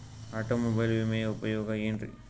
Automobile ವಿಮೆಯ ಉಪಯೋಗ ಏನ್ರೀ?